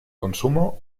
consumo